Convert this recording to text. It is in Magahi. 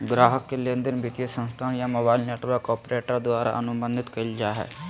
ग्राहक के लेनदेन वित्तीय संस्थान या मोबाइल नेटवर्क ऑपरेटर द्वारा अनुबंधित कइल जा हइ